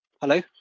Hello